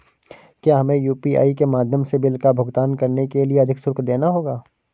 क्या हमें यू.पी.आई के माध्यम से बिल का भुगतान करने के लिए अधिक शुल्क देना होगा?